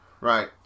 Right